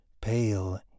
pale